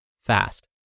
fast